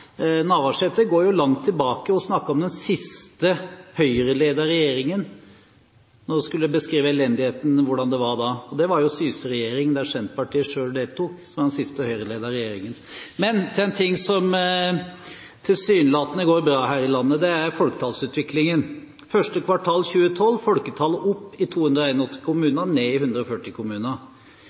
Navarsete gikk jo langt tilbake og snakket om den siste Høyre-ledede regjeringen da hun skulle beskrive elendigheten og hvordan det var da. Det var Syse-regjeringen, der Senterpartiet selv deltok, som var den siste Høyre-ledede regjeringen. Men til noe som tilsynelatende går bra her i landet, og det er folketallsutviklingen. Første kvartal 2012 gikk folketallet opp i 281 kommuner og ned i 140 kommuner.